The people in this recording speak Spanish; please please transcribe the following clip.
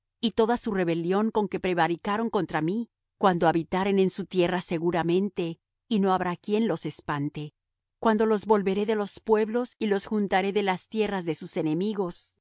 y toda su rebelión con que prevaricaron contra mí cuando habitaren en su tierra seguramente y no habrá quien los espante cuando los volveré de los pueblos y los juntaré de las tierras de sus enemigos